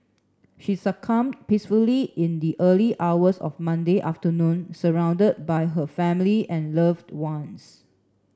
she succumbed peacefully in the early hours of Monday afternoon surrounded by her family and loved ones